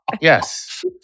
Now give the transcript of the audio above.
Yes